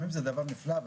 מונשמים זה דבר נפלא,